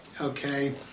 Okay